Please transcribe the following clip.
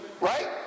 Right